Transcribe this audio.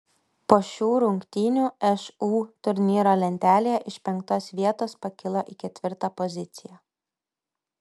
po šių rungtynių šu turnyro lentelėje iš penktos vietos pakilo į ketvirtą poziciją